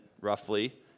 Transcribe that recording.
roughly